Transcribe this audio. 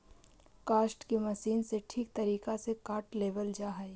काष्ठ के मशीन से ठीक तरीका से काट लेवल जा हई